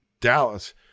Dallas